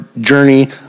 journey